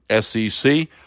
SEC